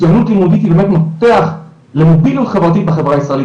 מצוינות לימודית היא אלמנט מפתח למוביליות חברתית בחברה הישראלית,